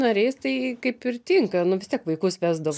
nariais tai kaip ir tinka nu vis tiek vaikus vesdavo